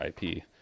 ip